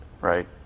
Right